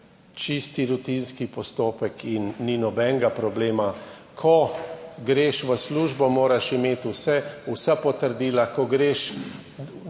čisti rutinski postopek in ni nobenega problema. Ko greš v službo, moraš imeti vsa potrdila, ko greš